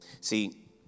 See